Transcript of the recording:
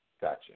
Gotcha